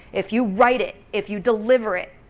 if you write it, if you deliver it,